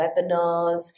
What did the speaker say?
webinars